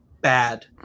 bad